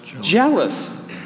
jealous